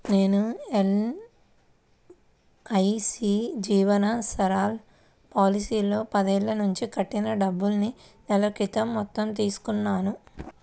నేను ఎల్.ఐ.సీ జీవన్ సరల్ పాలసీలో పదేళ్ళ నుంచి కట్టిన డబ్బుల్ని నెల క్రితం మొత్తం తీసుకున్నాను